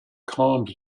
calmed